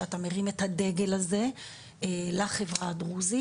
שאתה מרים את הדגל הזה לחברה הדרוזית.